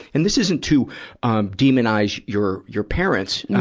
and this isn't to demonize your, your parents.